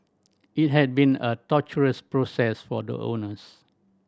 it had been a torturous process for the owners